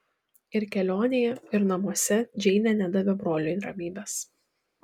ir kelionėje ir namuose džeinė nedavė broliui ramybės